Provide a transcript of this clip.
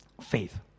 Faith